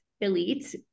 elite